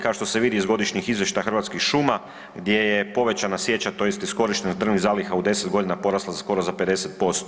Kao što se vidi iz godišnjih izvještaja Hrvatskih šuma gdje je povećana sjeća, tj. iskorištenost drvnih zaliha u 10 godina porasla za skoro za 50%